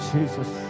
Jesus